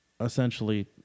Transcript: essentially